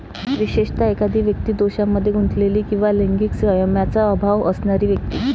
विशेषतः, एखादी व्यक्ती दोषांमध्ये गुंतलेली किंवा लैंगिक संयमाचा अभाव असणारी व्यक्ती